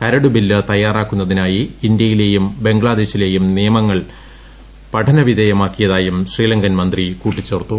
കരടുബില്ല് തയ്യാറാക്കുന്നതിനായി ഇന്ത്യയിലേയും ബംഗ്ലാദേശിലേയും നിയമങ്ങൾ പഠനവിധേയമാക്കിയ തായും ശ്രീലങ്കൻ മന്ത്രി കൂട്ടിച്ചേർത്തു